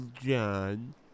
John